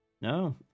No